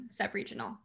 sub-regional